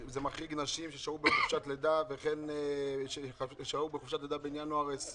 זה מחריג נשים ששהו בחופשת לידה בין ינואר 2020